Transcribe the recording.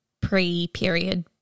pre-period